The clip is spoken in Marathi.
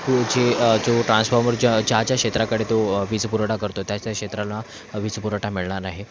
तो जे जो ट्रान्सफॉर्मर ज्या ज्या क्षेत्राकडे तो वीज पुरवठा करतोय त्या त्या क्षेत्राला वीज पुरवठा मिळणार नाही